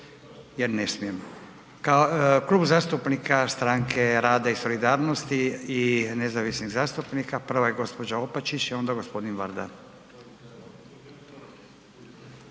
jer ne smijem. Klub zastupnika Stranke rada i solidarnosti i nezavisnih zastupnika, prva je gđa. Opačić, onda g. Varda.